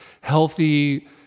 healthy